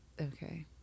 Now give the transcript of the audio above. okay